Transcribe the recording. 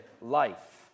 life